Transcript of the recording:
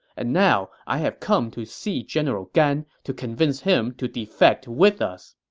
and now i have come to see general gan to convince him to defect with us.